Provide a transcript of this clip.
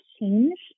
change